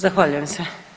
Zahvaljujem se.